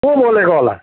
को बोलेको होला